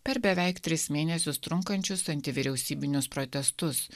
per beveik tris mėnesius trunkančius antivyriausybinius protestus